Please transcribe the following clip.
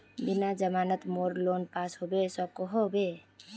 बिना जमानत मोर लोन पास होबे सकोहो होबे?